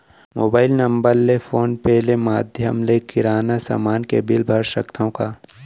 Mobile number ले phone पे ले माधयम ले किराना समान के बिल भर सकथव का?